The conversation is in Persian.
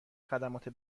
خدمات